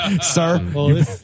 sir